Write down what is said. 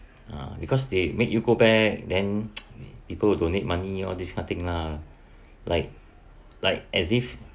ah because they made you go back then people will donate money all these kind of thing lah like like as if